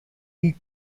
هیچ